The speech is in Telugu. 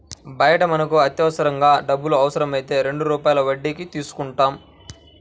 బయట మనకు అత్యవసరంగా డబ్బులు అవసరమైతే రెండు రూపాయల వడ్డీకి తీసుకుంటాం